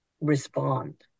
respond